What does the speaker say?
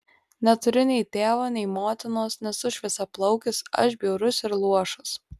neturiu nei tėvo nei motinos nesu šviesiaplaukis aš bjaurus ir luošas